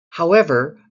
however